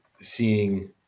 seeing